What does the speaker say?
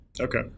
Okay